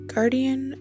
Guardian